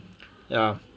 ya